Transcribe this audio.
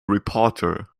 reporter